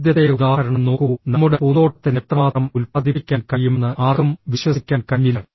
ആദ്യത്തെ ഉദാഹരണം നോക്കൂ നമ്മുടെ പൂന്തോട്ടത്തിന് എത്രമാത്രം ഉൽപ്പാദിപ്പിക്കാൻ കഴിയുമെന്ന് ആർക്കും വിശ്വസിക്കാൻ കഴിഞ്ഞില്ല